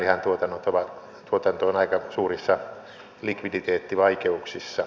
ja sianlihan tuotanto on aika suurissa likviditeettivaikeuksissa